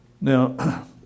Now